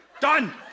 Done